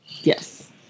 Yes